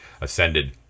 ascended